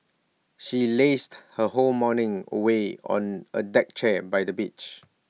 she lazed her whole morning away on A deck chair by the beach